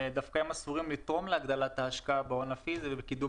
דווקא הם עשויים לתרום להגדלת ההשקעה בהון הפיזי ובקידום